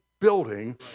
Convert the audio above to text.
building